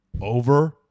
over